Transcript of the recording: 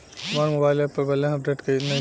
हमार mobile app पर balance update नइखे